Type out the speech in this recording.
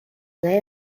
they